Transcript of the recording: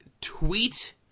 tweet